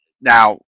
Now